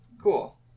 Cool